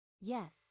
Yes